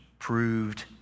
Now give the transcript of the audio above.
proved